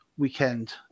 weekend